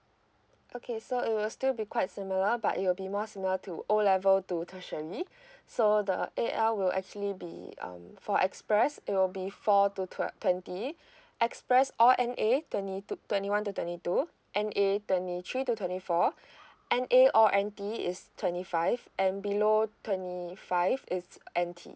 okay so it will still be quite similar but it'll be more similar to O level to tertiary so the A L will actually be um for express it will be four to twe~ twenty express all N A twenty two twenty one to twenty two N A twenty three to twenty four N A or N D is twenty five and below twenty five is N T